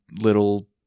little